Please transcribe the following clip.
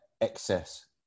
excess